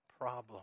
problem